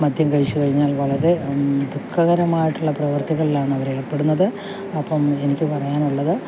മദ്യം കഴിച്ചു കഴിഞ്ഞാൽ വളരെ ദുഃഖകരമായിട്ടുള്ള പ്രവൃത്തികളിലാണ് അവർ ഏർപ്പെടുന്നത് അപ്പം എനിക്ക് പറയാനുള്ളത്